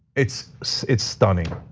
it's so it's stunning.